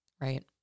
right